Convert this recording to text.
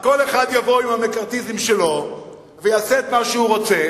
כל אחד יבוא עם המקארתיזם שלו ויעשה את מה שהוא רוצה.